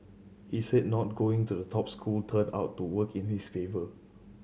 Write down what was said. he said not going to a top school turned out to work in his favour